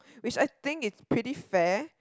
which I think is pretty fair